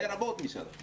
לרבות משרד החינוך